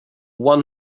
one